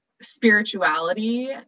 spirituality